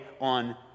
on